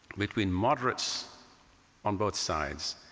between moderates on both sides,